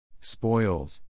Spoils